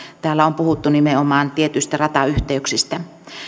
täällä on puhuttu nimenomaan tietyistä ratayhteyksistä